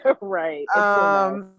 Right